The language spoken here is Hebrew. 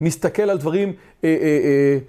נסתכל על דברים...